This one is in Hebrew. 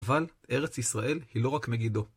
אבל ארץ ישראל היא לא רק מגידו.